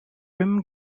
rim